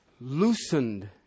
loosened